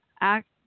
act